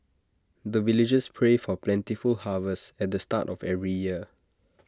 the villagers pray for plentiful harvest at the start of every year